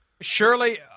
Surely